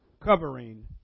covering